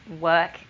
work